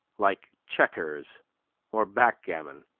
like checkers or backgammon,